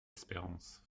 espérance